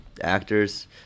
actors